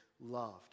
loved